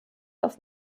auf